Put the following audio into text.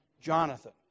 Jonathan